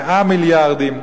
100 מיליארדים.